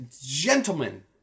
Gentlemen